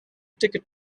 ticket